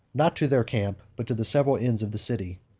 not to their camp, but to the several inns of the city.